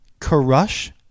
crush